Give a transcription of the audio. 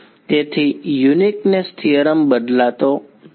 તેથી uniqueness theorem બદલાતો નથી